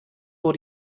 vor